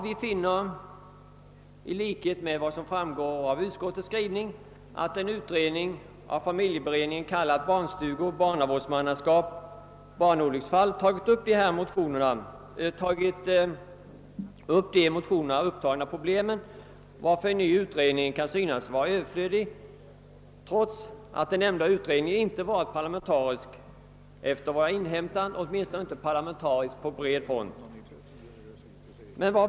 Vi finner, i likhet med utskottsmajoriteten, att det i familjeberedningens betänkande »Barnstugor, barnavårdsmannaskap, barnolycksfall» tagits upp de i motionerna behandlade problemen, varför en ny utredning kan synas överflödig trots att den nämnda utredningen enligt vad jag inhämtat inte varit parlamentarisk, åtminstone inte i större utsträckning.